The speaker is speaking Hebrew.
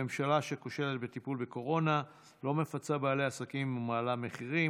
ממשלה שכושלת בטיפול בקורונה לא מפצה בעלי עסקים ומעלה מחירים,